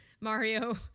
Mario